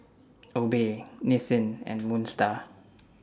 Obey Nissin and Moon STAR